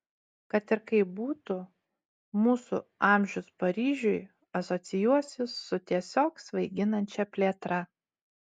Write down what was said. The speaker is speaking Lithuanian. kad ir kaip būtų mūsų amžius paryžiui asocijuosis su tiesiog svaiginančia plėtra